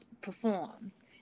performs